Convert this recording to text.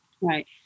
Right